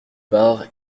bar